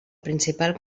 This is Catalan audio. principal